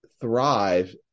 thrive